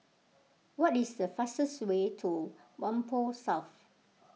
what is the fastest way to Whampoa South